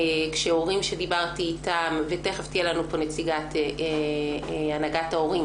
הורים שדיברתי אתם תיכף תהיה פה נציגת הנהגת ההורים